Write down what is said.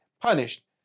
punished